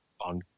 on